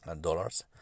dollars